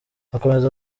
akomeza